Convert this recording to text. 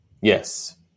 Yes